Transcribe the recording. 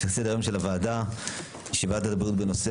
סדר היום של הוועדה: ישיבת ועדת הבריאות בנושא